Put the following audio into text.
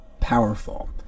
powerful